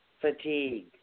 Fatigue